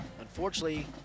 Unfortunately